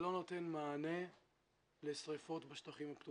אנחנו נראה שהטיפול הוא רציף,